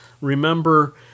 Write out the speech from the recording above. Remember